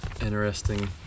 interesting